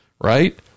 right